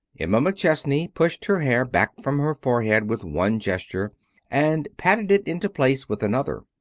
emma mcchesney pushed her hair back from her forehead with one gesture and patted it into place with another.